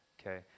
Okay